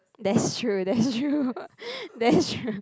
that's true that's true that's true